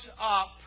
up